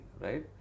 right